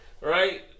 right